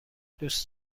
دوست